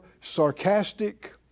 sarcastic